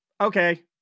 Okay